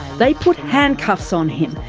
they put handcuffs on him.